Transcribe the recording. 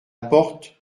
porte